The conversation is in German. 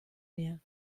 mir